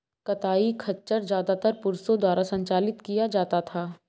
कताई खच्चर ज्यादातर पुरुषों द्वारा संचालित किया जाता था